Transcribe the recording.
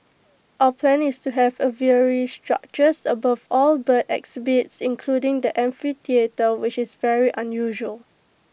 our plan is to have aviary structures above all the bird exhibits including the amphitheatre which is very unusual